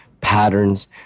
patterns